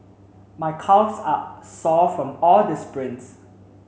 my calves are sore from all the sprints